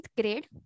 grade